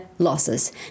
losses